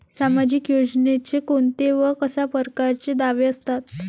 सामाजिक योजनेचे कोंते व कशा परकारचे दावे असतात?